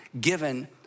given